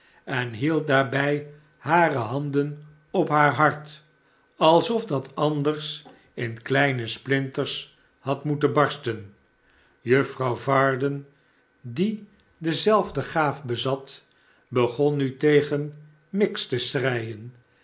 en hield daarbij hare handen op haar hart alsof dat anders in kleine splinters had moeten barsten juffrouw varden die dezelfde gaaf bezat begon nu tegen miggs